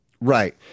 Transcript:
Right